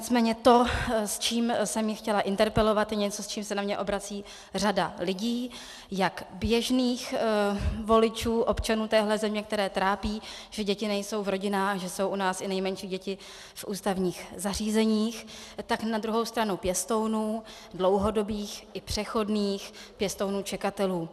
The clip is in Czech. Nicméně to, s čím jsem ji chtěla interpelovat, je něco, s čím se na mě obrací řada lidí, jak běžných voličů, občanů téhle země, které trápí, že děti nejsou v rodinách, že jsou u nás i nejmenší děti v ústavních zařízeních, tak na druhou stranu pěstounů, dlouhodobých i přechodných, pěstounů čekatelů.